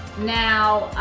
now